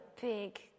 big